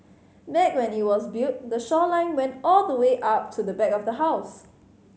back when it was built the shoreline went all the way up to the back of the house